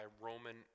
roman